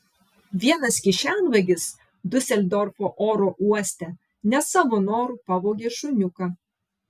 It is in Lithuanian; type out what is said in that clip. vienas kišenvagis diuseldorfo oro uoste ne savo noru pavogė šuniuką